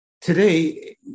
Today